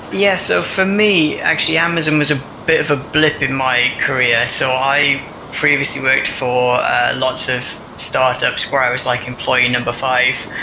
yeah. so for me, actually amazon was a bit of a blip in my career, so i previously worked for lots of startups where i was like employee number five.